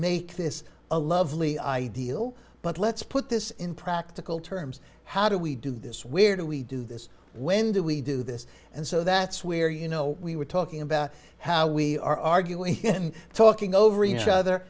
make this a lovely ideal but let's put this in practical terms how do we do this where do we do this when do we do this and so that's where you know we were talking about how we are arguing and talking over each other